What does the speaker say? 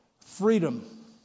freedom